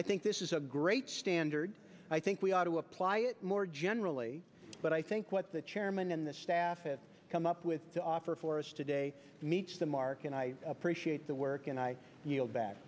i think this is a great standard i think we ought to apply it more generally but i think what the chairman and the staff it come up with to offer for us today meets the mark and i appreciate the work and i